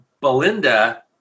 Belinda